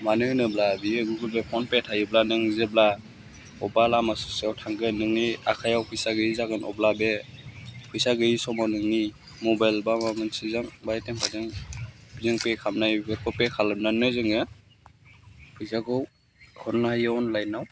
मानो होनोब्ला बे गुगोलपे फ'नपे थायोब्ला नों जेब्ला बबेबा लामा ससेयाव थांगोन नोंनि आखायाव फैसा गैयि जागोन अब्ला बे फैसा गैयि समाव नोंनि मबाइल बा माबा मोनसेजों बा ए टि एम कार्दजों पे खालामनो हायो बेफोरखौ पे खालामनानै जोङो फैसाखौ हरनो हायियाव अनलाइनाव